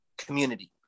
Community